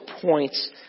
points